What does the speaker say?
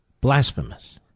Blasphemous